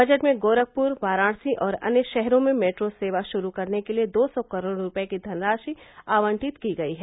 budget में गोरखपुर वाराणसी और अन्य शहरों में मेट्रो सेवा शुरू करने के लिए दो सौ करोड़ रूपये की धनराशि आवंटित की गयी है